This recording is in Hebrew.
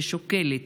ששוקלת: